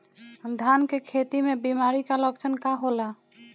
धान के खेती में बिमारी का लक्षण का होला?